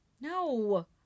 no